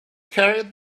carried